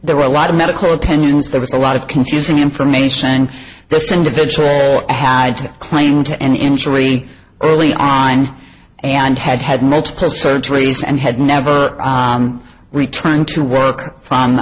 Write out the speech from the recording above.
there were a lot of medical opinions there was a lot of confusing information and this individual had to claim to any injury early on and had had multiple surgeries and had never return to work from